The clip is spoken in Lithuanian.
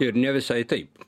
ir ne visai taip